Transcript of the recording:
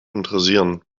interessieren